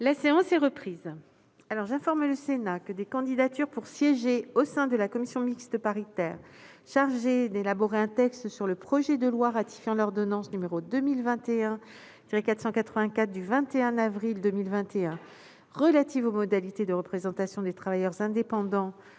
La séance est reprise. J'informe le Sénat que des candidatures pour siéger au sein de la commission mixte paritaire chargée l'élaborer un texte sur le projet de loi ratifiant l'ordonnance n° 2021-484 du 21 avril 2021 relative aux modalités de représentation des travailleurs indépendants